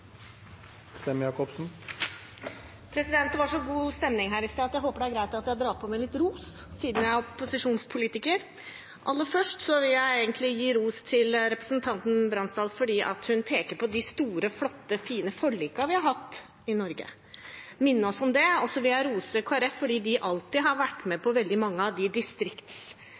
det. Det var så god stemning her i sted, så jeg håper det er greit at jeg drar på med litt ros, siden jeg er opposisjonspolitiker. Aller først vil jeg gi ros til representanten Bransdal fordi hun peker på de store, flotte og fine forlikene vi har hatt i Norge. Hun minner oss om det. Så vil jeg rose Kristelig Folkeparti for at de alltid har vært med på veldig mange av